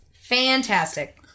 fantastic